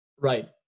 Right